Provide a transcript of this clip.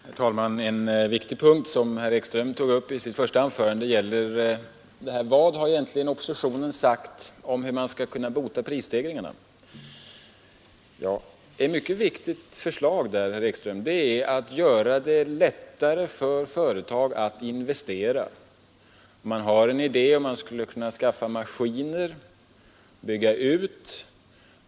Herr talman! En viktig punkt som herr Ekström tog upp i sitt första anförande är: Vad har egentligen oppositionen sagt om hur man skall kunna råda bot på prisstegringarna. Ett mycket viktigt förslag där, herr Ekström, går ut på att göra det lättare för företag att investera. Man har en idé, man skulle kunna skaffa maskiner och bygga ut.